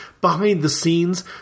behind-the-scenes